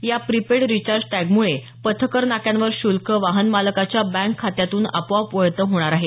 या prepaid recharge टॅगमुळे पथकर नाक्यांवर श्ल्क वाहनमालकाच्या बँक खात्यातून आपोआप वळतं होणार आहे